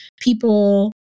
people